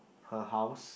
her house